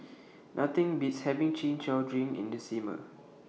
Nothing Beats having Chin Chow Drink in The Summer